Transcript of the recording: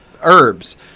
herbs